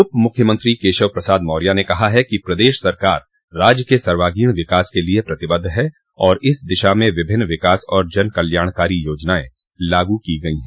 उपमुख्यमंत्री केशव प्रसाद मौर्य ने कहा है कि प्रदेश सरकार राज्य के सर्वांगीण विकास के लिए प्रतिबद्ध है और इस दिशा में विभिन्न विकास और जनकल्याणकारी योजनाये लागू की गयी हैं